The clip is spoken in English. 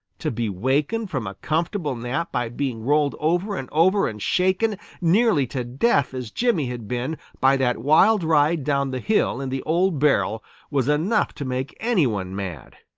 to be wakened from a comfortable nap by being rolled over and over and shaken nearly to death as jimmy had been by that wild ride down the hill in the old barrel was enough to make any one mad.